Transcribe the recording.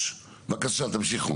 165. בבקשה, תמשיכו.